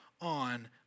on